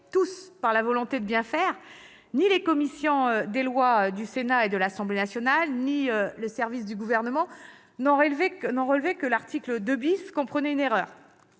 par la volonté de bien faire, ni les commissions des lois du Sénat et de l'Assemblée nationale ni les services du Gouvernement n'ont relevé que l'article 2 comportait une erreur